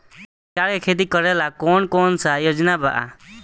सरकार के खेती करेला कौन कौनसा योजना बा?